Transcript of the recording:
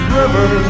river